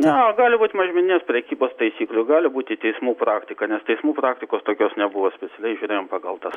na gali būti mažmeninės prekybos taisyklių gali būti teismų praktika nes teismų praktikos tokios nebuvo specialiai žirėjom pagal tas